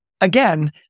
Again